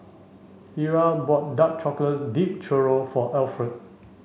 Ira bought dark chocolate Dipped Churro for Alferd